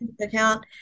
account